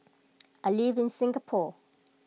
I live in Singapore